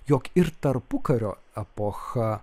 jog ir tarpukario epocha